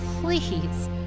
please